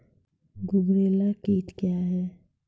गुबरैला कीट क्या हैं?